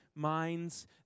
minds